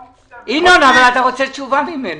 --- ינון, אבל אתה רוצה תשובה ממנו.